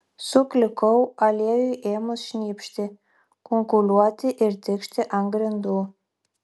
suklikau aliejui ėmus šnypšti kunkuliuoti ir tikšti ant grindų